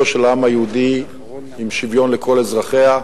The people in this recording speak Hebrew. של העם היהודי עם שוויון לכל אזרחיה,